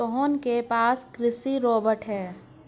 सोहन के पास कृषि रोबोट है